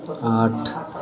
आठ